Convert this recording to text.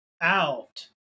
out